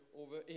over